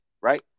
right